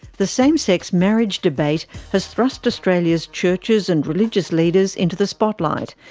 the same-sex marriage debate has thrust australia's churches and religious leaders into the spotlight,